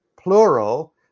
plural